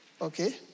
okay